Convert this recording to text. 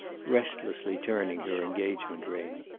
restlessly turning her engagement ring.